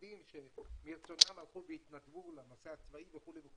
חרדים שמרצונם הלכו והתנדבו לנושא הצבאי וכולי,